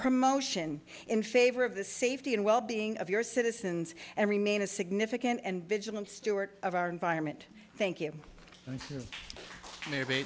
promotion in favor of the safety and well being of your citizens and remain a significant and vigilant stewart of our environment thank you maybe